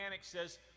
says